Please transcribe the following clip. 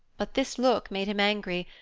but this look made him angry,